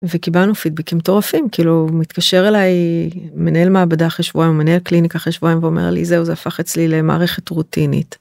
וקיבלנו פידבקים מטורפים, כאילו, מתקשר אליי מנהל מעבדה אחרי שבועים או מנהל קליניקה אחרי שבועים ואומר לי זהו זה הפך אצלי למערכת רוטינית.